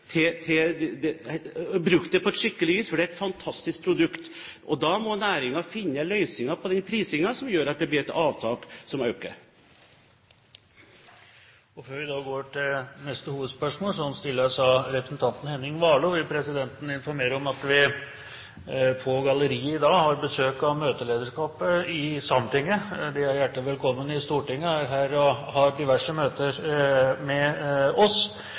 på skikkelig vis, for det er et fantastisk produkt. Da må næringen finne løsninger på prisingen som gjør at avtaket øker. Før vi går til neste hovedspørsmål, som stilles av representanten Henning Warloe, vil presidenten informere om at vi på galleriet i dag har besøk av møtelederskapet i Sametinget. De er hjertelig velkommen til Stortinget. De er her for å ha diverse møter med oss,